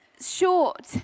short